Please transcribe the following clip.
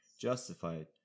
justified